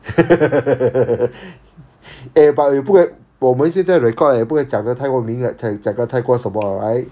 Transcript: eh but we put 我们现在 record 也不可以讲太过敏 like 可以讲到太过什么 right